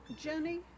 Jenny